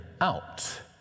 out